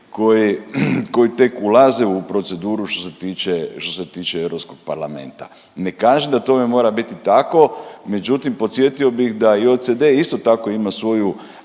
koji tek ulaze u proceduru što se tiče Europskog parlamenta. Ne kažem da tome mora biti tako, međutim podsjetio bih da i OECD isto tako ima svoju